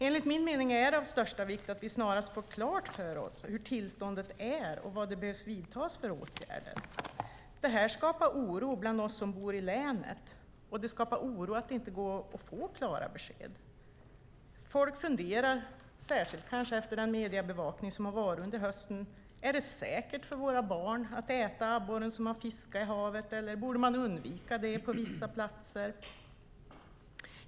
Enligt min mening är det av största vikt att vi snarast får klart för oss hur tillståndet är och vilka åtgärder som behöver vidtas. Det här skapar oro bland oss som bor i länet, och det skapar oro att det inte går att få klara besked. Folk funderar, kanske särskilt efter den mediebevakning som har pågått under hösten, på om det till exempel är säkert för barnen att äta den abborre som man har fiskat i havet eller om man borde undvika det på vissa platser.